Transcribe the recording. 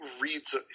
reads